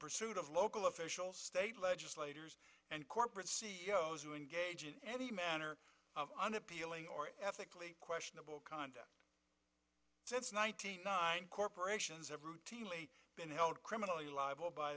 pursuit of local officials state legislators and corporate c e o s who engage in any manner of unappealing or ethically questionable conduct since one thousand nine corporations have routinely been held criminally liable by